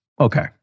Okay